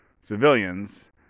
civilians